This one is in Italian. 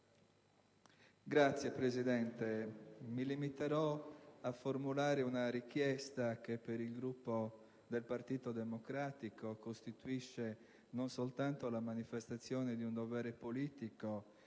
Signor Presidente, mi limiterò a formulare una richiesta che per il Gruppo del Partito Democratico costituisce non soltanto la manifestazione di un dovere politico